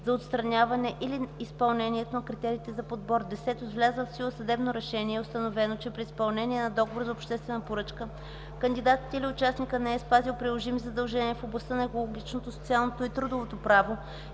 за отстраняване или изпълнението на критериите за подбор; 10. с влязло в сила съдебно решение е установено, че при изпълнение на договор за обществена поръчка, кандидатът или участникът не е спазил приложими задължения в областта на екологичното, социалното и трудовото право